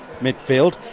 midfield